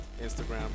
Instagram